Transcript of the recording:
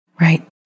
Right